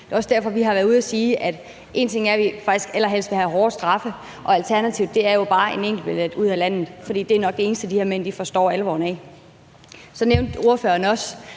Det er også derfor, vi har været ude at sige, at vi faktisk allerhelst ville have hårdere straffe, og alternativet er jo bare en enkeltbillet ud af landet, fordi det nok er det eneste, de her mænd forstår alvoren af. Så nævnte ordføreren også,